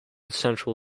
central